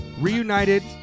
Reunited